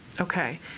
Okay